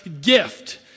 gift